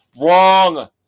wrong